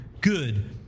good